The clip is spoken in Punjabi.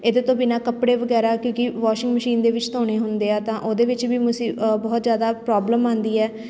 ਇਹਦੇ ਤੋਂ ਬਿਨਾਂ ਕੱਪੜੇ ਵਗੈਰਾ ਕਿਉਂਕਿ ਵਾਸ਼ਿੰਗ ਮਸ਼ੀਨ ਦੇ ਵਿੱਚ ਧੋਣੇ ਹੁੰਦੇ ਆ ਤਾਂ ਉਹਦੇ ਵਿੱਚ ਵੀ ਮੁਸੀ ਬਹੁਤ ਜ਼ਿਆਦਾ ਪ੍ਰੋਬਲਮ ਆਉਂਦੀ ਹੈ